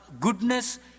goodness